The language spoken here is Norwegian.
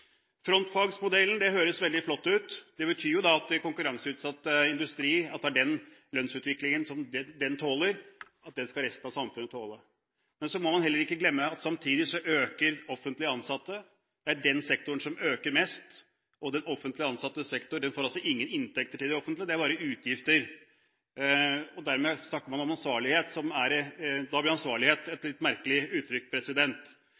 Frontfagsmodellen – det høres veldig flott ut – betyr at den lønnsutviklingen konkurranseutsatt industri tåler, skal resten av samfunnet tåle. Men så må man heller ikke glemme at samtidig øker antallet offentlig ansatte, det er den sektoren som øker mest, og offentlig sektor gir ikke inntekter til det offentlige, det er bare utgifter. Da blir «ansvarlighet» et litt merkelig uttrykk. Videre har man et økende antall uførepensjonister, og når man får stadig flere uførepensjonister, er